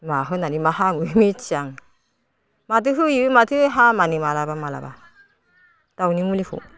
मा होनानै मा हामो मिथिया आं माथो होयो माथो हामानो माब्लाबा माब्लाबा दाउनि मुलिखौ